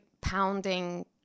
pounding